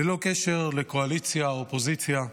ללא קשר לקואליציה, אופוזיציה,